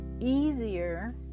easier